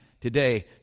today